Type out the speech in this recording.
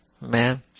man